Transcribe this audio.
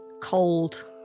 cold